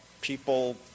people